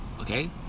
Okay